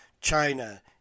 China